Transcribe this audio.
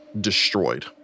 Destroyed